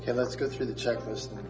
and let's go through the checklist.